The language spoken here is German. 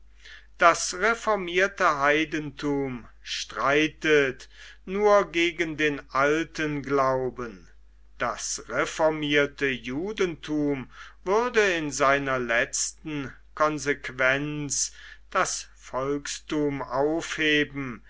das reformierte heidentum streitet nur gegen den alten glauben das reformierte judentum würde in seiner letzten konsequenz das volkstum aufheben